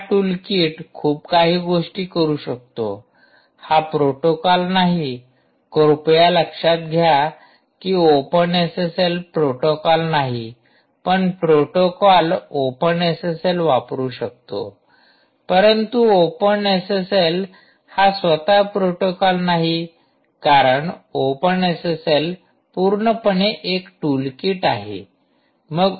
हा टूलकिट खूप काही गोष्टी करू शकतो हा प्रोटोकॉल नाही कृपया लक्षात घ्या कि ओपन एसएसएल प्रोटोकॉल नाही पण प्रोटोकॉल ओपन एसएसएल वापरू शकतो परंतु ओपन एसएसएल हा स्वतः प्रोटोकॉल नाही कारण ओपन एसएसएल पूर्णपणे एक टूलकिट आहे